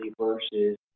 versus